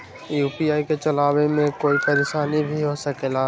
UPI के चलावे मे कोई परेशानी भी हो सकेला?